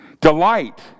Delight